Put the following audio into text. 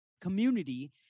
community